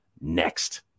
next